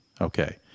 Okay